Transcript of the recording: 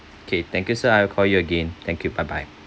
okay thank you sir I will call you again thank you bye bye